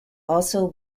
also